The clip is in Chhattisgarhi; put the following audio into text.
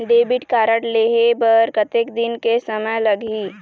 डेबिट कारड लेहे बर कतेक दिन के समय लगही?